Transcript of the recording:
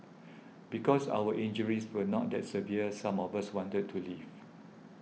because our injuries were not that severe some of us wanted to leave